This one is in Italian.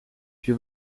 più